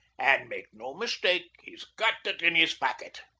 and make no mistake he's got it in his packet.